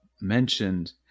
mentioned